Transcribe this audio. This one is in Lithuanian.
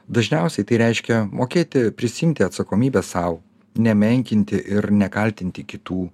dažniausiai tai reiškia mokėti prisiimti atsakomybę sau nemenkinti ir nekaltinti kitų